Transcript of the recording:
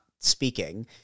speaking